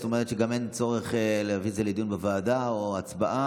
זאת אומרת שגם אין צורך להביא את זה לדיון בוועדה או להצבעה.